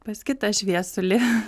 pas kitą šviesulį